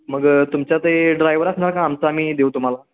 मग तुमच्या ते ड्रायव्हर असणार का आमचं आम्ही देऊ तुम्हाला